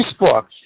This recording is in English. Facebook